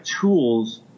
tools